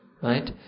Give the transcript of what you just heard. Right